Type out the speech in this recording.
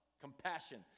compassion